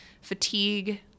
fatigue